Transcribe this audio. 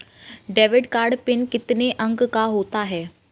Debit card pin कितने अंकों का होता है?